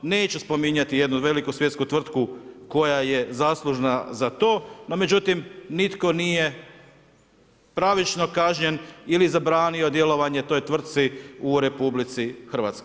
Neću spominjati jednu veliku svjetsku tvrtku koja je zaslužna za to, no međutim, nitko nije pravično kažnjen ili zabranio djelovanje toj tvrtki u RH.